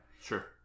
Sure